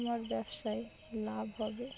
আমার ব্যবসায় লাভ হবে